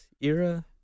era